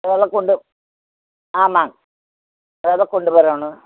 அதெல்லாம் கொண்டு ஆமாங்க அதெல்லாம் கொண்டு வரணும்